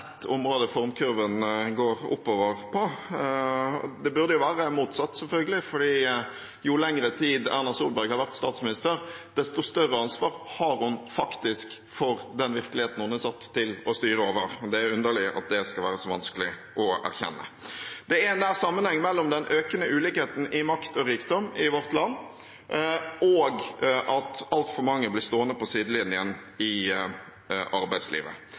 område der formkurven går oppover. Det burde være motsatt, selvfølgelig, for jo lengre tid Erna Solberg har vært statsminister, desto større ansvar har hun faktisk for den virkeligheten hun er satt til å styre over. Det er underlig at det skal være så vanskelig å erkjenne. Det er nær sammenheng mellom den økende ulikheten i makt og rikdom i vårt land og at altfor mange blir stående på sidelinjen i arbeidslivet.